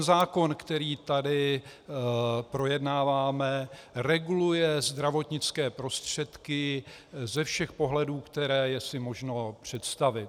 Zákon, který tady projednáváme, reguluje zdravotnické prostředky ze všech pohledů, které si je možno představit.